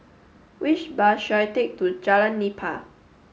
which bus should I take to Jalan Nipah